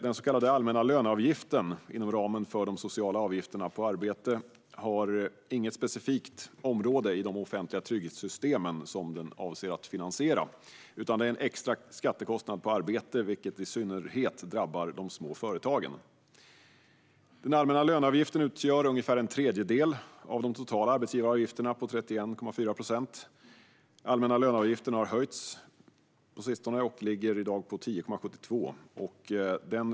Den så kallade allmänna löneavgiften inom ramen för de sociala avgifterna på arbete har inget specifikt område i de offentliga trygghetssystemen som den är avsedd att finansiera, utan det är en extra skattekostnad på arbete, vilket i synnerhet drabbar de små företagen. Den allmänna löneavgiften utgör ungefär en tredjedel av de totala arbetsgivaravgifterna på 31,4 procent. På sistone har den allmänna löneavgiften höjts och ligger i dag på 10,72.